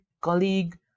colleague